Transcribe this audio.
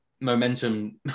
momentum